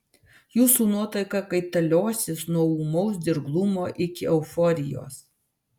jūsų nuotaika kaitaliosis nuo ūmaus dirglumo iki euforijos